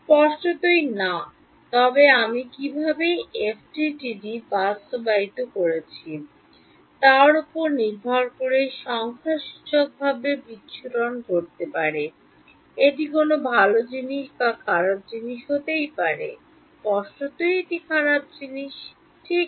স্পষ্টতই না তবে আমি কীভাবে এফডিটিডি বাস্তবায়িত করেছি তার উপর নির্ভর করে সংখ্যাসূচকভাবে বিচ্ছুরণ ঘটতে পারে এটি কোনও ভাল জিনিস বা খারাপ জিনিস হতে পারে স্পষ্টতই একটি খারাপ জিনিস ঠিক